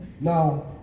now